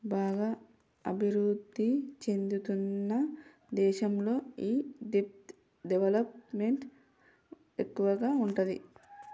బాగా అభిరుద్ధి చెందుతున్న దేశాల్లో ఈ దెబ్ట్ డెవలప్ మెంట్ ఎక్కువగా ఉంటాది